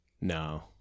No